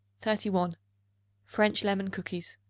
thirty one french lemon cookies.